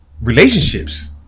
Relationships